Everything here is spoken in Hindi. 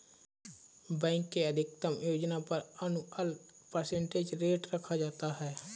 बैंक के अधिकतम योजना पर एनुअल परसेंटेज रेट रखा जाता है